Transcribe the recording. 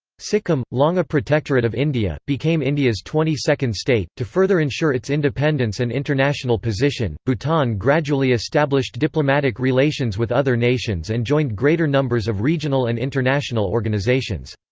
sikkim, long a protectorate of india, became india's twenty-second state to further ensure its independence and international position, bhutan gradually established diplomatic relations with other nations and joined greater numbers of regional and international organizations.